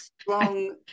strong